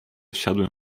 wsiadłem